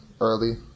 early